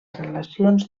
relacions